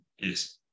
Yes